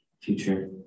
future